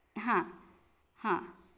हां हां